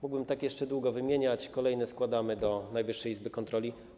Mógłbym tak jeszcze długo wymieniać, kolejne składamy do Najwyższej Izby Kontroli.